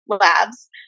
labs